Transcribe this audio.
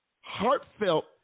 Heartfelt